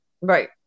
Right